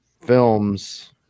films